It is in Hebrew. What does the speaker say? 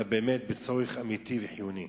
אלא באמת בצורך אמיתי וחיוני.